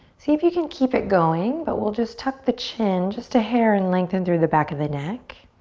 see if you can keep it going but we'll just tuck the chin just a hair and lengthen through the back of the neck.